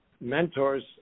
mentors